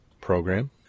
program